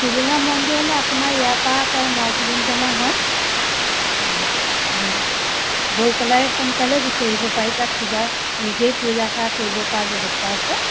টিলিঙা মন্দিৰলৈ আপোনাৰ ইয়াৰ পৰা প্ৰায় ন কিলোমিটাৰমান হয় হ'ব গৈ পেলাই সোনকালে গুচি আহিব পাৰিব তাত পূজা নিজেই পূজা সেৱা কৰিব পৰা ব্যৱস্থা আছে